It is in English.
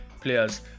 players